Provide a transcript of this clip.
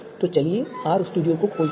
तो चलिए R studio खोलते हैं